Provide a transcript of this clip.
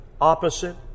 opposite